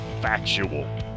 factual